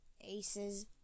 Aces